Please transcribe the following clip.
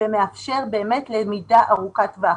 ומאפשר באמת למידה ארוכת טווח,